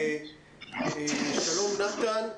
שלום, נתן.